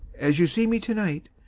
as you see me to-night,